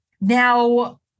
Now